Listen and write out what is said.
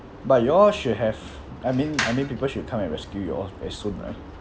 but you all should have I mean I mean people should come and rescue you all very soon ah